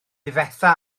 difetha